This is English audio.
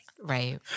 Right